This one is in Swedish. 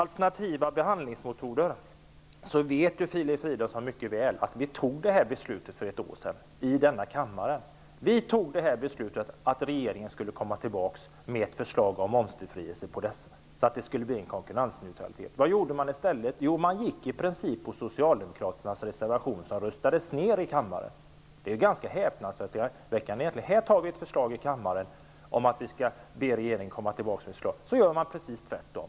Filip Fridolfsson mycket väl att vi fattade det här beslutet för ett år sedan i denna kammare. Vi fattade beslutet att regeringen skulle komma tillbaks med ett förslag om momsbefrielse på dessa metoder för att vi skulle få en konkurrensneutralitet på det här området. Men i stället gick man i princip på förslaget i socialdemokraternas reservation som röstades ner i kammaren. Det är ganska häpnadsväckande egentligen. Här fattar vi ett beslut i kammaren om att vi skall be regeringen komma tillbaks med förslag, och sedan gör regeringen precis tvärtom.